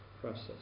process